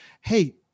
hey